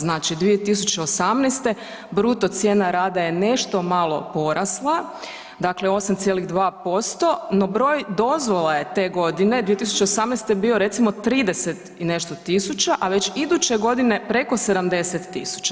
Znači 2018. bruto cijena rada je nešto malo porasla, dakle 8,2% no broj dozvola je te godine 2018. bio recimo 30 i nešto tisuća a već iduće godine preko 70 000.